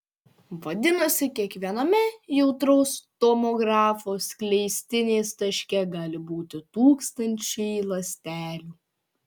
vadinasi kiekviename jautraus tomografo skleistinės taške gali būti tūkstančiai ląstelių